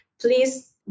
Please